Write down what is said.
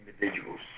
individuals